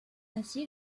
ainsi